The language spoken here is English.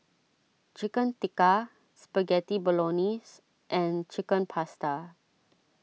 Chicken Tikka Spaghetti Bolognese and Chicken Pasta